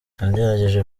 nagerageje